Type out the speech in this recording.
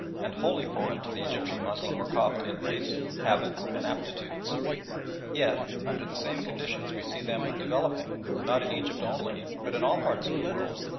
and wholly foreign to the egyptian moslem or copt in race, habits, and aptitudes yet under the same conditions we see them developing, not in egypt only, but in all parts of the world,